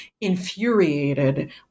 infuriated